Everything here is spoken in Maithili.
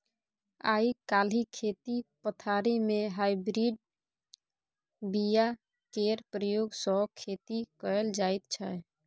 आइ काल्हि खेती पथारी मे हाइब्रिड बीया केर प्रयोग सँ खेती कएल जाइत छै